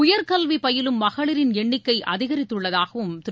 உயர்கல்வி பயிலும் மகளிரின் எண்ணிக்கை அதிகரித்துள்ளதாகவும் திரு